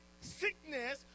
sickness